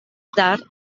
tard